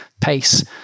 pace